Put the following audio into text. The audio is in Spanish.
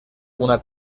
una